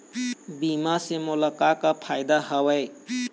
बीमा से मोला का का फायदा हवए?